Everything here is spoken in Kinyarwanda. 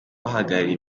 bahagarariye